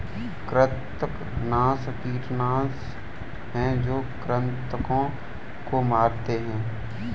कृंतकनाशक कीटनाशक हैं जो कृन्तकों को मारते हैं